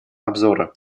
обзора